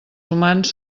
humans